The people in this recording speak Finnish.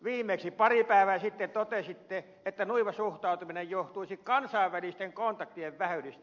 viimeksi pari päivää sitten totesitte että nuiva suhtautuminen johtuisi kansainvälisten kontaktien vähyydestä